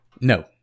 No